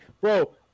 Bro